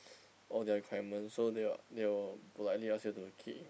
or their requirement so they they will politely ask you to keep in